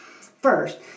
First